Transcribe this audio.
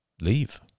leave